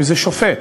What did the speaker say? אם שופט,